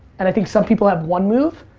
and i think some people have one move,